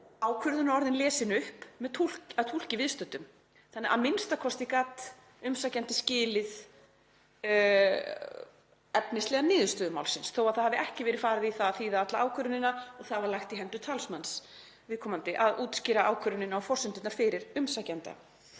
ákvörðunarorðin lesin upp að túlki viðstöddum. Þannig gat umsækjandi a.m.k. skilið efnislega niðurstöðu málsins þó að það hafi ekki verið farið í að þýða alla ákvörðunina og það var lagt í hendur talsmanns viðkomandi að útskýra ákvörðunina og forsendurnar fyrir umsækjanda.